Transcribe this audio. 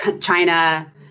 China